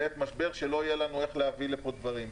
בעת משבר שלא יהיה לנו איך להביא לפה דברים.